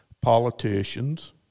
politicians